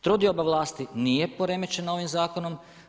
Trodioba vlasti nije poremećena ovim zakonom.